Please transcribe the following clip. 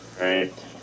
Right